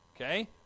Okay